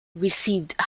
received